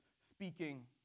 speaking